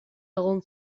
egon